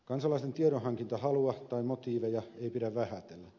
kansalaisten tiedonhankintahalua tai motiiveja ei pidä vähätellä